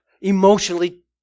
emotionally